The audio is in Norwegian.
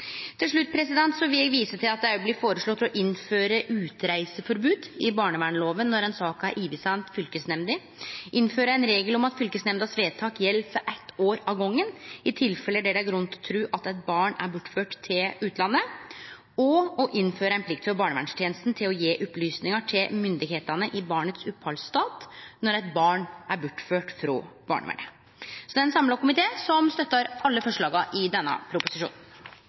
Til slutt vil eg vise til at det òg blir føreslått å innføre utreiseforbod i barnevernloven når ei sak er oversendt fylkesnemnda, innføre ein regel om at vedtak i fylkesnemnda gjeld for eitt år av gongen i tilfelle der det er grunn til å tru at eit barn er bortført til utlandet, og å innføre ei plikt frå barnevernstenesta til å gje opplysningar til styresmaktene på barnets opphaldsstad når eit barn er bortført frå barnevernet. Så det er ein samla komité som støttar alle forslaga i denne proposisjonen.